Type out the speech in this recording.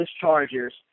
Chargers